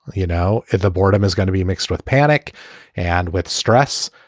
you know, the boredom is gonna be mixed with panic and with stress.